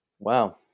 Wow